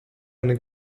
eine